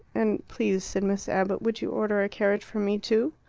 and please, said miss abbott, would you order a carriage for me too?